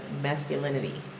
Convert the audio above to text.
masculinity